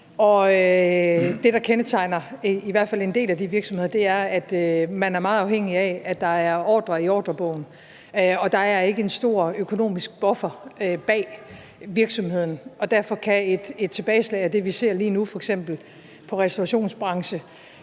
det, der kendetegner i hvert fald en del af de virksomheder, er, at man er meget afhængig af, at der er ordrer i ordrebogen, og der er ikke en stor økonomisk buffer bag virksomhederne, og derfor kan et tilbageslag af den art, som vi f.eks. ser lige nu i restaurationsbranchen